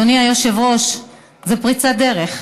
אדוני היושב-ראש, זו פריצת דרך.